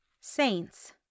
Saints